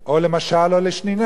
או למשל או לשנינה,